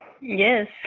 Yes